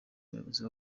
umuyobozi